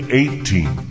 eighteen